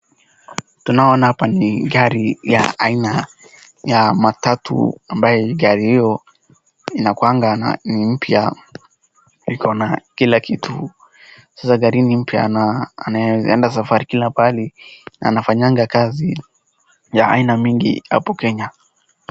Tunaona hapa ni gari ya aina ya matatu ambayo gari hiyo inakuanga na ni mpya iko na kila kitu, sasa gari hii ni mpya na anaweza enda safari kila pahali na anafanyanga kazi ya aina mingi hapo kenya.